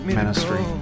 ministry